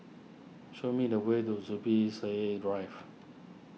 show me the way to Zubir Said Drive